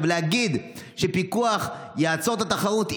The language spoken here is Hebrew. להגיד שפיקוח יעצור את התחרות,